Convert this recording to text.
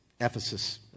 Ephesus